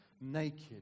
naked